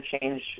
change